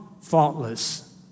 faultless